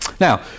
Now